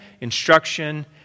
instruction